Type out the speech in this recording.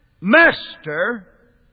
master